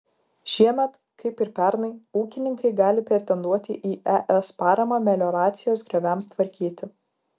šiemet kaip ir pernai ūkininkai gali pretenduoti į es paramą melioracijos grioviams tvarkyti